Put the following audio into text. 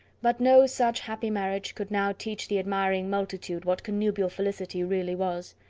but no such happy marriage could now teach the admiring multitude what connubial felicity really was.